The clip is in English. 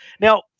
Now